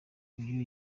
uyu